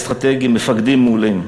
אסטרטגים ומפקדים מעולים.